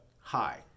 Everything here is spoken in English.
hi